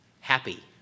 happy